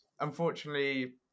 unfortunately